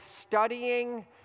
studying